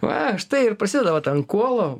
va štai ir prasideda vat ant kuolo